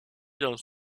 dans